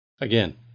Again